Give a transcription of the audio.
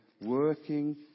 working